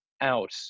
out